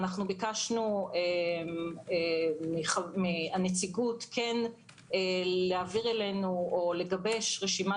ביקשנו מן הנציגות להעביר אלינו או לגבש רשימת